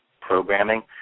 programming